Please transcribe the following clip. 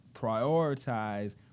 prioritize